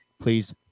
Please